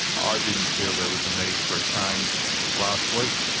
i didn't feel there was a need for a change last week.